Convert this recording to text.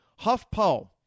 HuffPo